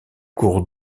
cours